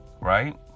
Right